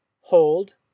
hold